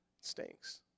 stinks